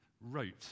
wrote